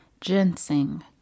ginseng